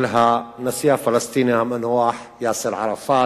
של הנשיא הפלסטיני המנוח יאסר ערפאת.